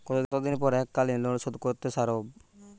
কতদিন পর এককালিন লোনশোধ করতে সারব?